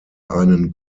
einen